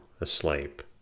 asleep